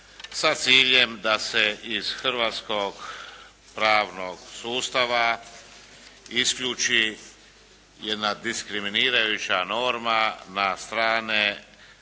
sa ciljem da se iz hrvatskog pravnog sustava isključi jedna diskriminirajuća norma na strane pravne